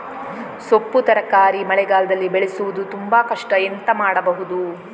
ಸೊಪ್ಪು ತರಕಾರಿ ಮಳೆಗಾಲದಲ್ಲಿ ಬೆಳೆಸುವುದು ತುಂಬಾ ಕಷ್ಟ ಎಂತ ಮಾಡಬಹುದು?